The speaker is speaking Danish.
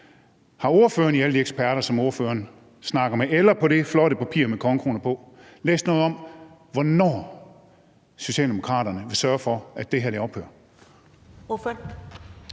Har ordføreren hos alle de eksperter, som ordføreren snakker med, eller på det flotte papir med kongekronen på læst noget om, hvornår Socialdemokraterne vil sørge for, at det her ophører?